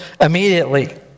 immediately